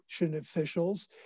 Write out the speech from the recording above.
officials